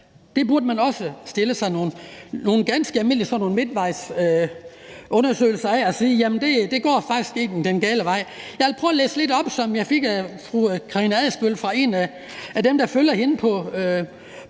Det burde man også lave sådan nogle almindelige midtvejsundersøgelser af og sige: Jamen det går faktisk den gale vej. Jeg vil prøve at læse lidt op af noget, jeg fik af fru Karina Adsbøl, og det er fra en af dem, der følger hende på Christiansborg